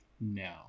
no